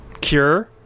Cure